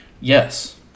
Yes